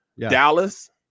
Dallas